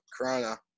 corona